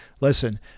Listen